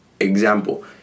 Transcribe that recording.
Example